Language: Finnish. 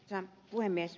arvoisa puhemies